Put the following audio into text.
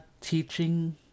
teaching